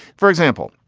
for example,